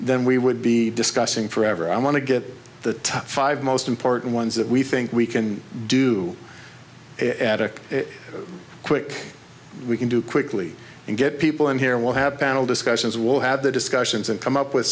then we would be discussing forever i want to get the top five most important ones that we think we can do at a quick we can do quickly and get people in here will have panel discussions we'll have the discussions and come up with